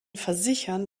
versichern